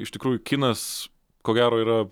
iš tikrųjų kinas ko gero yra